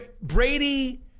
Brady